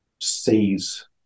sees